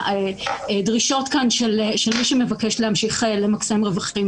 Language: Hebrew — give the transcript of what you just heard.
מהדרישות כאן של מי שמבקש להמשיך למקסם רווחים.